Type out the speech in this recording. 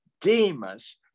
Demas